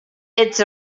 ets